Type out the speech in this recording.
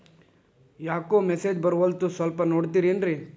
ಯಾಕೊ ಮೆಸೇಜ್ ಬರ್ವಲ್ತು ಸ್ವಲ್ಪ ನೋಡ್ತಿರೇನ್ರಿ?